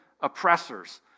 oppressors